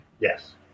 Yes